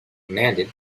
commanded